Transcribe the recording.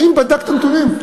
האם בדקת את הנתונים?